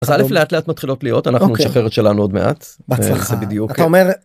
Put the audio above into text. אז א לאט לאט מתחילות להיות אנחנו נשחרר את שלנו עוד מעט, בהצלחה, בדיוק, אתה אומר...